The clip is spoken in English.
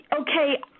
okay